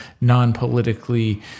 non-politically